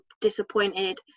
disappointed